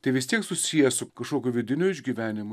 tai vis tiek susiję su kažkokiu vidiniu išgyvenimu